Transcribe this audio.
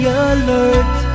alert